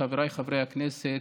חבריי חברי הכנסת,